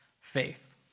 faith